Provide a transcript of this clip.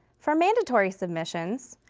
for mandatory submissions,